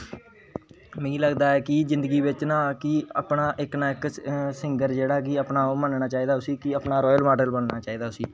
मिगी लगदा है कि जिंदगी बिच ना कि अपना इक ना इक सिंगर जेहडा कि अपना ओह् मनना चाहिदा उसी कि अपना रोल माॅडल मनना चाहिदा उसी